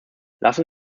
lassen